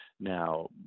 Now